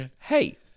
Hey